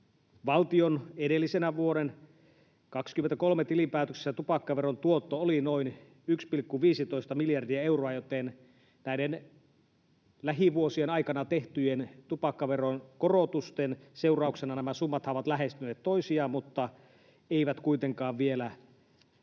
Valtion edellisen vuoden 23 tilinpäätöksessä tupakkaveron tuotto oli noin 1,15 miljardia euroa, joten näiden lähivuosien aikana tehtyjen tupakkaveron korotusten seurauksena nämä summathan ovat lähestyneet toisiaan, mutta kuitenkaan vielä